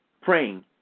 praying